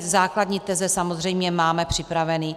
Základní teze samozřejmě máme připraveny.